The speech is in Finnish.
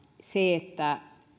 se että